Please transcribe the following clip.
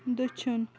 دٔچھُن